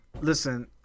Listen